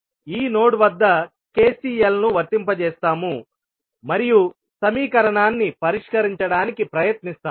మనం ఈ నోడ్ వద్ద KCL ను వర్తింపజేస్తాము మరియు సమీకరణాన్ని పరిష్కరించడానికి ప్రయత్నిస్తాము